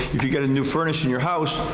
if you get a new furnace in your house,